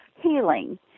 healing